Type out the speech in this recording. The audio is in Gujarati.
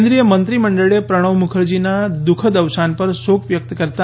કેન્દ્રીય મંત્રી મંડળે પ્રણવ મુખર્જીના દુખદ અવસાન પર શોક વ્યક્ત કર્યો